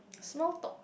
small talk